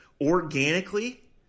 organically